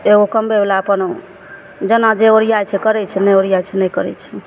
एगो कमबयवला अपन जेना जे ओरियाइ छै करय छै नहि ओरियाइ छै नहि करय छै